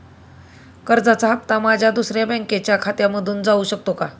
कर्जाचा हप्ता माझ्या दुसऱ्या बँकेच्या खात्यामधून जाऊ शकतो का?